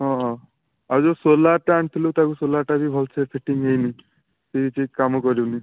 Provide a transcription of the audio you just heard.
ହଁ ହଁ ଆଉ ଯେଉଁ ସୋଲାର୍ଟା ଆଣିଥିଲୁ ତାକୁ ସୋଲାର୍ଟା ବି ଭଲ ସେ ଫିଟିଙ୍ଗ ହେଇନି ସେ କିଛି କାମ କରୁନି